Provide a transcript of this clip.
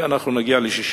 אנחנו נגיע ל-6 מיליארד,